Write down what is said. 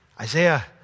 Isaiah